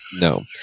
No